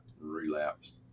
relapsed